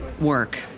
work